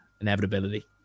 inevitability